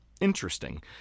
interesting